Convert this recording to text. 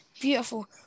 beautiful